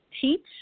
teach